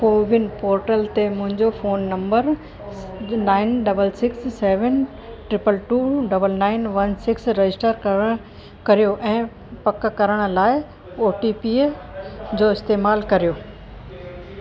CoWIN portal ते मुंहिंजो phone number सि nine double six seven triple two double nine one six register करणु कयो ऐं पकु करण लाइ ओटीपीअ जो इस्तेमालु कयो